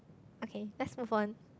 okay let's move on